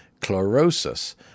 chlorosis